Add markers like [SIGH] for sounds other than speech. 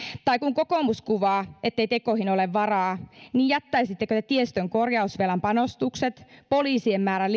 tai kun kokoomus kuvaa ettei tekoihin ole varaa [UNINTELLIGIBLE] niin jättäisittekö te pois tiestön korjausvelan panostukset poliisien määrän [UNINTELLIGIBLE]